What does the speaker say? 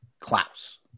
Klaus